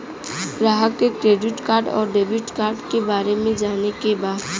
ग्राहक के credit card और डेविड कार्ड के बारे में जाने के बा?